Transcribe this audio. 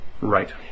right